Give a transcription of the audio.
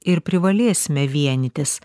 ir privalėsime vienytis